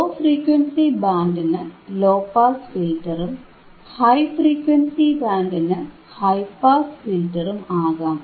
law frequency ബാൻഡിന് low pass ഫിൽറ്ററും high frequency ബാൻഡിന് ഹൈ പാസ് ഫിൽറ്ററും ആകാം